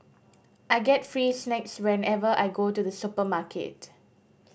I get free snacks whenever I go to the supermarket